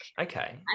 okay